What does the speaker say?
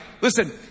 Listen